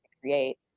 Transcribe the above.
create